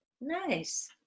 Nice